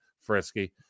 frisky